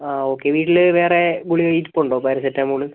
ആഹ് okay വീട്ടിൽ വേറെ ഗുളിക ഇരിപ്പുണ്ടോ പാരസെറ്റാമോള്